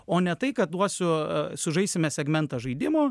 o ne tai kad duosiu sužaisime segmentą žaidimo